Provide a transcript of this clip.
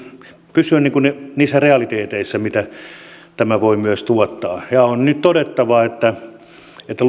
pysyä niissä realiteeteissa mitä tämä voi myös tuottaa ja on nyt todettava että että